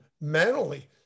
mentally